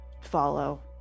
follow